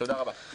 תודה רבה.